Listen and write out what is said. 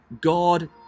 God